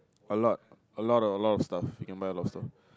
a lot a lot of a lot of stuff you can buy a lot of stuff